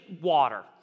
water